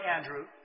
Andrew